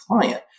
client